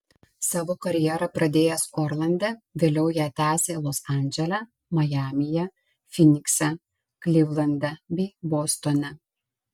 savo karjerą pradėjęs orlande vėliau ją tęsė los andžele majamyje fynikse klivlande bei bostone